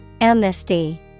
Amnesty